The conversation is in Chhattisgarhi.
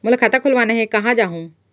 मोला खाता खोलवाना हे, कहाँ जाहूँ?